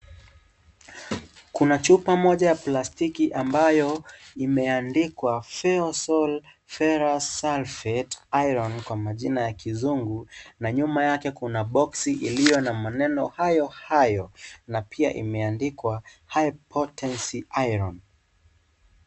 Kuna chupa moja ya plastiki ambayo imeandikwa Feosol Ferrous Sulfate Iron kwa majina ya kizungu na nyuma yake kuna boksi yenye maneno hayo hayo na pia imeandikwa high potency iron .